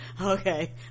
Okay